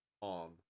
on